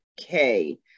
okay